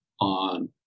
on